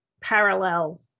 parallel